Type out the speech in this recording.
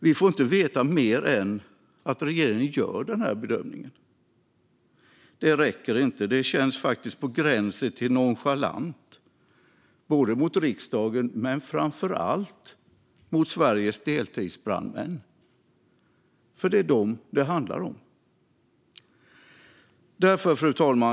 Vi får inte veta mer än att regeringen gör denna bedömning. Det räcker inte. Det känns faktiskt på gränsen till nonchalant mot riksdagen men framför allt mot Sveriges deltidsbrandmän, eftersom det handlar om dem. Fru talman!